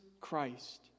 Christ